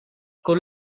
con